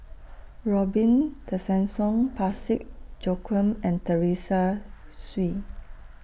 Robin Tessensohn Parsick Joaquim and Teresa Hsu